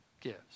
gives